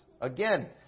Again